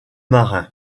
marin